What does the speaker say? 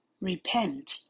repent